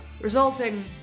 resulting